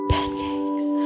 Pancakes